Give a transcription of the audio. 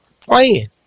playing